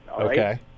Okay